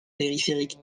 périphérique